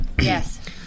Yes